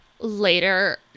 Later